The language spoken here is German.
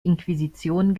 inquisition